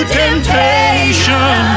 temptation